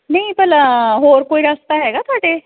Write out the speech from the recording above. ਨਹੀਂ ਭਲਾ ਹੋਰ ਕੋਈ ਰਸਤਾ ਹੈਗਾ ਤੁਹਾਡੇ